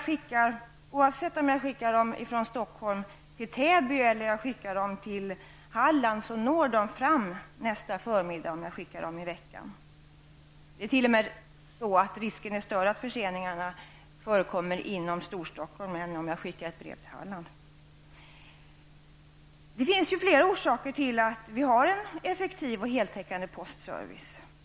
Och oavsett om jag skickar brev från Stocholm till Täby eller från Stockholm till Halland når de fram nästa förmiddag, om jag skickar dem under veckan. Risken är t.o.m. större för förseningar om jag skickar brev inom Storstockholm än från Det finns flera skäl till att vi har en effektiv och heltäckande postservice.